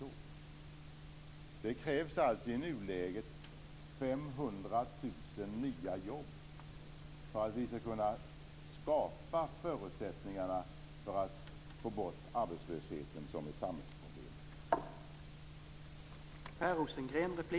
I nuläget krävs det alltså 500 000 nya jobb för att vi skall kunna skapa förutsättningar för att få bort arbetslösheten som ett samhällsproblem.